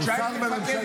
הוא שר בממשלת ישראל.